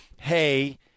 hey